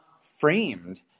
framed